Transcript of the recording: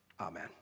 Amen